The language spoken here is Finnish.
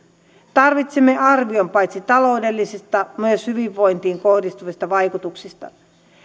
tarvitsemme arvion paitsi taloudellisista myös hyvinvointiin kohdistuvista vaikutuksista